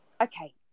Okay